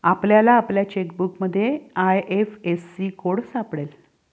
आपल्याला आपल्या चेकबुकमध्ये आय.एफ.एस.सी कोड सापडेल